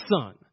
son